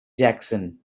jackson